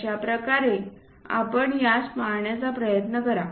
अशाप्रकारे आपण यास पाहण्याचा प्रयत्न करा